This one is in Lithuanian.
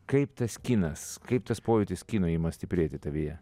kaip tas kinas kaip tas pojūtis kino ima stiprėti tavyje